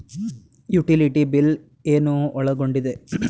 Utility bill ಏನು ಒಳಗೊಂಡಿದೆ?